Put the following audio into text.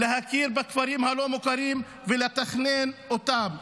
להכיר בכפרים הלא-מוכרים ולתכנן אותם.